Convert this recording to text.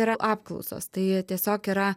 yra apklausos tai tiesiog yra